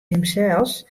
himsels